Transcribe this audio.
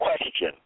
Question